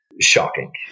Shocking